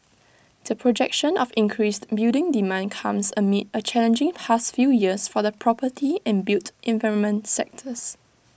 the projection of increased building demand comes amid A challenging past few years for the property and built environment sectors